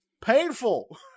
painful